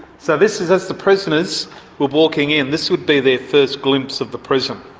so this is as the prisoners were walking in, this would be their first glimpse of the prison.